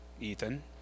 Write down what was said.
Ethan